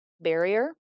barrier